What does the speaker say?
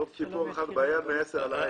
טוב ציפור אחת ביד מעשר על העץ.